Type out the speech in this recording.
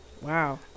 Wow